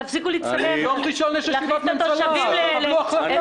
ביום ראשון יש ישיבת ממשלה, תקבלו החלטה.